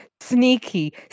Sneaky